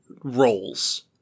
roles